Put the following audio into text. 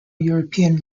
european